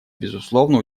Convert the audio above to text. безусловно